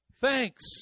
thanks